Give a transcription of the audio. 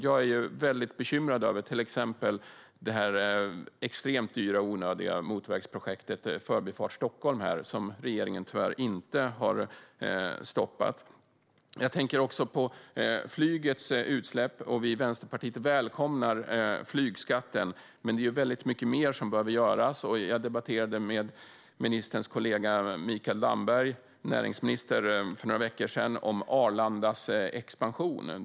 Jag är väldigt bekymrad över till exempel det extremt dyra och onödiga motorvägsprojektet Förbifart Stockholm, som regeringen tyvärr inte har stoppat. Jag tänker också på flygets utsläpp. Vi i Vänsterpartiet välkomnar flygskatten, men det är väldigt mycket mer som behöver göras. Jag debatterade med ministerns kollega, näringsminister Mikael Damberg, för några veckor sedan om Arlandas expansion.